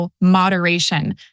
moderation